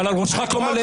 אבל על ראשך תום הלב.